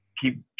keep